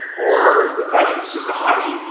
or the project is just a hobby?